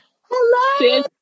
Hello